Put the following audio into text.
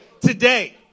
Today